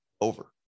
over